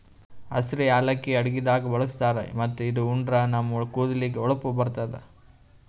ಹಸ್ರ್ ಯಾಲಕ್ಕಿ ಅಡಗಿದಾಗ್ ಬಳಸ್ತಾರ್ ಮತ್ತ್ ಇದು ಉಂಡ್ರ ನಮ್ ಕೂದಲಿಗ್ ಹೊಳಪ್ ಬರ್ತದ್